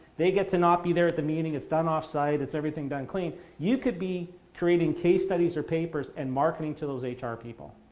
they get to not be there at the meeting. it's done off-site. it's everything done clean. you could be creating case studies or papers and marketing to those ah hr people.